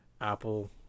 Apple